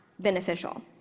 beneficial